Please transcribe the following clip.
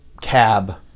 cab